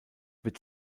wird